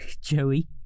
Joey